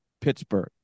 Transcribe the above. Pittsburgh